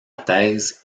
thèse